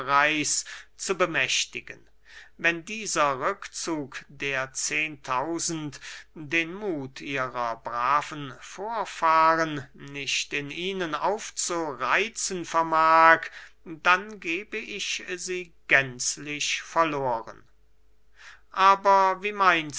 zu bemächtigen wenn dieser rückzug der zehentausend den muth ihrer braven vorfahren nicht in ihnen aufzureitzen vermag dann gebe ich sie gänzlich verloren aber wie meinst